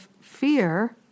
fear